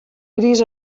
gris